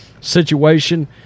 situation